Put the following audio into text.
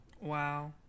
Wow